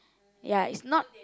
ya is not